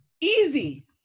easy